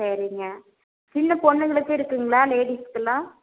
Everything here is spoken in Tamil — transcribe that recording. சரிங்க சின்ன பொண்ணுங்களுக்கு இருக்குதுங்களா லேடீஸ்க்கெல்லாம்